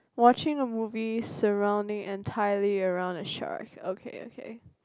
watching a movie surrounding entirely around the shark okay okay